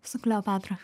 su kleopatra